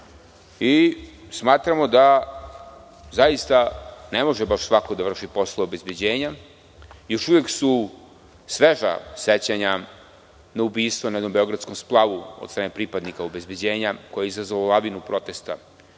dužnosti. Smatramo da ne može baš svako da vrši poslove obezbeđenja. Još uvek su sveža sećanja na ubistvo na jednom beogradskom splavu od strane pripadnika obezbeđenja, koje je izazvalo lavinu protesta,